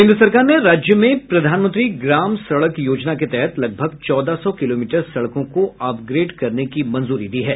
केन्द्र सरकार ने राज्य में प्रधानमंत्री ग्राम सड़क योजना के तहत लगभग चौदह सौ किलोमीटर सड़कों को अपग्रेड करने की मंजूरी दी है